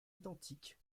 identiques